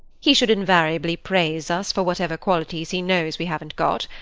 he should invariably praise us for whatever qualities he knows we haven't got.